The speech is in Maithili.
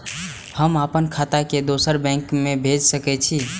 हम आपन खाता के दोसर बैंक में भेज सके छी?